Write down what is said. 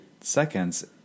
seconds